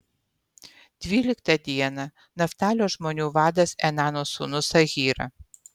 dvyliktą dieną naftalio žmonių vadas enano sūnus ahyra